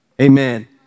Amen